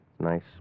Nice